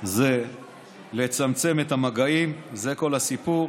זה לצמצם את המגעים, זה כל הסיפור